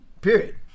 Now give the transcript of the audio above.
period